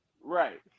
Right